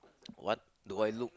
what do I look